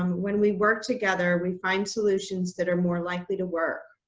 um when we work together, we find solutions that are more likely to work.